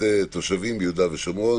תושבים ביהודה ושומרון,